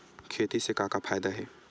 खेती से का का फ़ायदा हे?